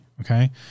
okay